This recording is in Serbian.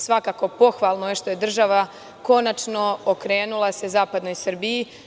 Svakako, pohvalno je što se država konačno okrenula zapadnoj Srbiji.